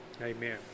amen